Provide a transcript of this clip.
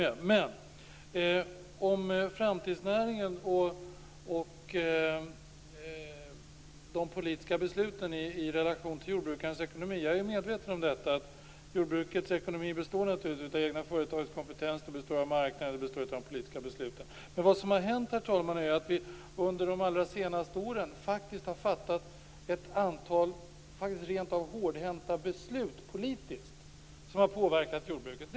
Beträffande framtidsnäringen och de politiska besluten i relation till jordbrukarens ekonomi, är jag medveten om att jordbrukets ekonomi naturligtvis beror på det egna företagets kompetens, marknaden och de politiska besluten. Men vad som har hänt, herr talman, är att vi under de allra senaste åren faktiskt har fattat ett antal rent av hårdhänta politiska beslut som har påverkat jordbruket.